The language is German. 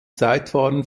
zeitfahren